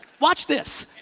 watch this.